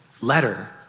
letter